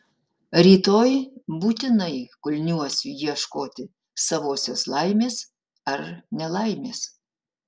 rytoj būtinai kulniuosiu ieškoti savosios laimės ar nelaimės